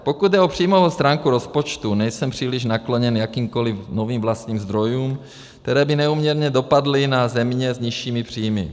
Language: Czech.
Pokud jde o příjmovou stránku rozpočtu, nejsem příliš nakloněn jakýmkoli novým vlastním zdrojům, které by neúměrně dopadly na země s nižšími příjmy.